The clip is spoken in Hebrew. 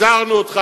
הזהרנו אותך